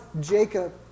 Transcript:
Jacob